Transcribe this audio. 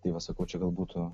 tai va sakau čia gal būtų